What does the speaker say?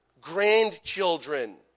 grandchildren